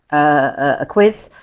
a quiz,